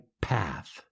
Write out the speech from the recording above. path